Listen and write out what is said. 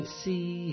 see